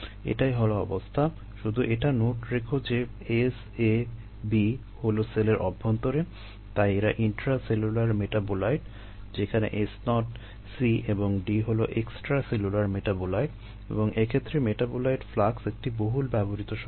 এটাই হলো অবস্থা শুধু এটা নোট রেখো যে S A B হলো সেলের অভ্যন্তরে এবং তাই এরা ইন্ট্রাসেলুলার মেটাবোলাইট মেটাবোলাইট এবং এক্ষেত্রে মেটাবোলাইট ফ্লাক্স একটি বহুল ব্যবহৃত শব্দ